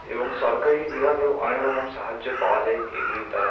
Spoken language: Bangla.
এবং সরকারি বিভাগেও অনেকরকম সাহায্য পাওয়া যায় এইগুলির দ্বারা